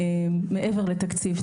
מעבר לתקציב,